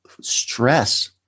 stress